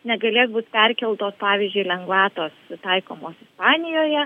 negalės būt perkeltos pavyzdžiui lengvatos taikomos danijoje